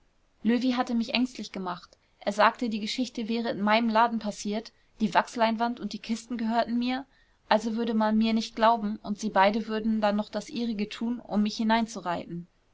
löwy hatte mich ängstlich gemacht er sagte die geschichte wäre in meinem laden passiert die wachsleinwand und die kisten gehörten mir also würde man mir nicht glauben und sie beide würden dann noch das ihrige tun um mich